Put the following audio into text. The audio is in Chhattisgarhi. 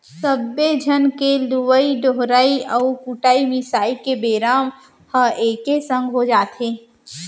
सब्बे झन के लुवई डोहराई अउ कुटई मिसाई के बेरा ह एके संग हो जाथे